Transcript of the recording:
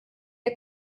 der